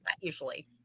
usually